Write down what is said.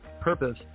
purpose